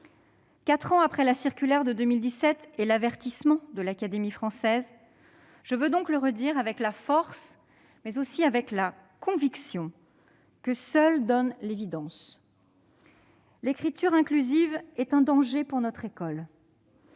Quatre ans après la circulaire de 2017 et l'avertissement de l'Académie française, je veux donc le redire avec la force et avec la conviction que seule donne l'évidence : l'écriture inclusive est un danger pour notre école